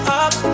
up